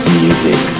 music